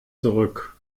zurück